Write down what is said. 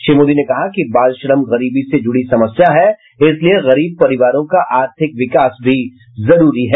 श्री मोदी ने कहा कि बालश्रम गरीबी से जुड़ी समस्या है इसलिए गरीब परिवारों का आर्थिक विकास भी जरूरी है